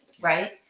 right